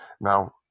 Now